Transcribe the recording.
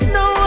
no